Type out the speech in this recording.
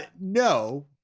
No